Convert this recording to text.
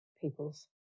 people's